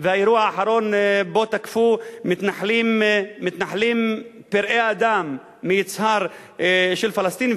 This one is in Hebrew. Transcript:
והאירוע האחרון שבו תקפו מתנחלים פראי-אדם מיצהר פלסטינים.